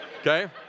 okay